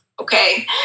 Okay